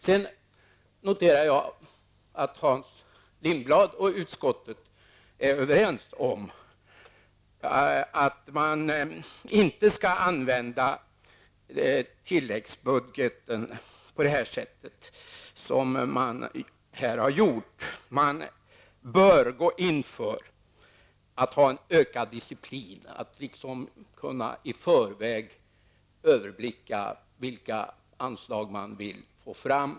Sedan noterar jag att Hans Lindblad och utskottet är överens om att man inte skall använda tilläggsbudgeten på det sätt som här har gjorts. Man bör gå in för att ha en ökad diciplin, att liksom i förväg kunna överblicka vilka anslag man vill få fram.